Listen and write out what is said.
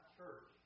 church